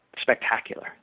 Spectacular